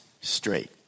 straight